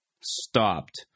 stopped